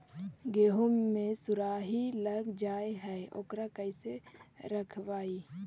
गेहू मे सुरही लग जाय है ओकरा कैसे रखबइ?